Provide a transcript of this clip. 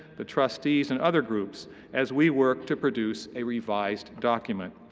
the trustees and other groups as we work to produce a revised document.